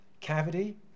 cavity